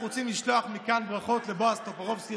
אנחנו רוצים לשלוח מכאן ברכות לבועז טופורובסקי,